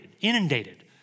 inundated